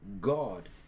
God